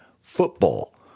football